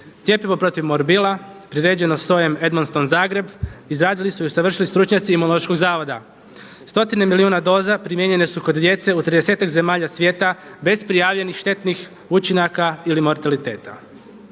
Cjepivo protiv morbila priređenim …/Govornik se ne razumije./… Zagreb izgradili su i usavršili stručnjaci Imunološkog zavoda. Stotine milijuna doza primijenjene su kod djece u tridesetak zemalja svijeta bez prijavljenih štetnih učinaka ili mortaliteta.